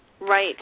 Right